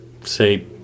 say